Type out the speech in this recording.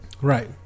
right